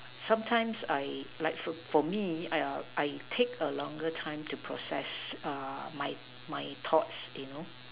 sometimes I like for for me I I take a longer time to process uh my my thoughts you know